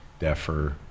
deffer